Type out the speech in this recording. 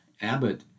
Abbott